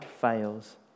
fails